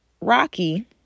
rocky